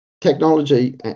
technology